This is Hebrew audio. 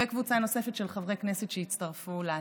וקבוצה נוספת של חברי הכנסת שהצטרפו להצעה.